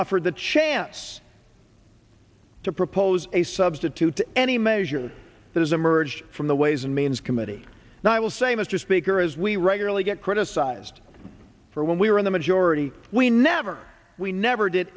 offered the chance to propose a substitute to any measure that has emerged from the ways and means committee and i will say mr speaker as we regularly get criticized for when we were in the majority we never we never did